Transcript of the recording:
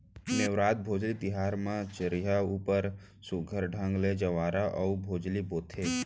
नेवरात, भोजली तिहार म चरिहा ऊपर सुग्घर ढंग ले जंवारा अउ भोजली बोथें